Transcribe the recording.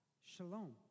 shalom